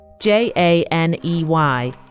J-A-N-E-Y